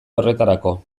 horretarako